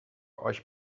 euch